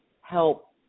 help